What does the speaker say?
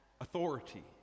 authority